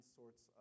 sorts